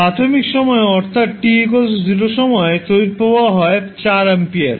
প্রাথমিক সময়ে অর্থাৎ t 0 সময়ে তড়িৎ প্রবাহ হয় 4 এমপিয়ার